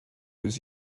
was